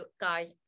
guys